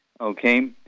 Okay